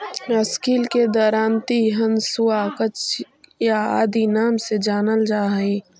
sickle के दरांति, हँसुआ, कचिया आदि नाम से जानल जा हई